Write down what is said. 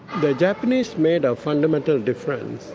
the japanese made a fundamental difference.